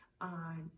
on